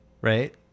Right